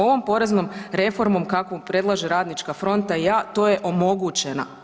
Ovom poreznom reformom kakvu predlaže Radnička fronta to je omogućeno.